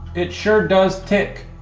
it sure does tick.